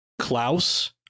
Klaus